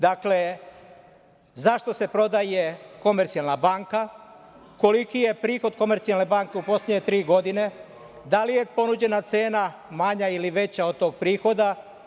Dakle, zašto se prodaje „Komercijalna banka“, koliki je prihod „Komercijalne banke“ u poslednje tri godine, da li je ponuđena cena manja ili veća od tog prihoda.